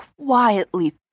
quietly